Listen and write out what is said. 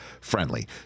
friendly